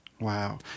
Wow